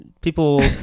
people